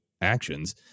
actions